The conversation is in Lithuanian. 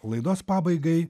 laidos pabaigai